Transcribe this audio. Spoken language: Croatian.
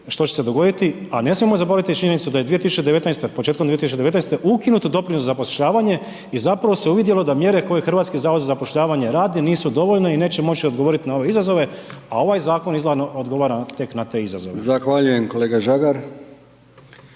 što će se dogoditi a ne smijemo zaboraviti činjenicu da je 2019., početkom 2019. ukinut doprinos za zapošljavanje i zapravo se uvidjelo da mjere koje HZZZ radi, nisu dovoljne i neće moći odgovoriti na ove izazove a ovaj zakon izravno odgovara tek na te izazove. **Brkić, Milijan